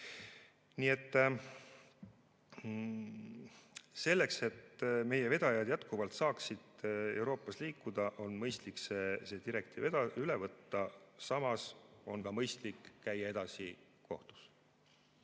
Nii et selleks, et meie vedajad jätkuvalt saaksid Euroopas liikuda, on mõistlik see direktiiv üle võtta. Samas on mõistlik käia edasi kohtus.